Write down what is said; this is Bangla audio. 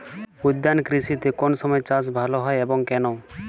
উদ্যান কৃষিতে কোন সময় চাষ ভালো হয় এবং কেনো?